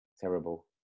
Terrible